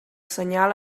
senyal